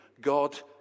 God